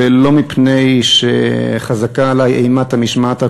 ולא מפני שחזקה עלי אימת המשמעת הקואליציונית,